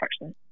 person